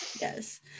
yes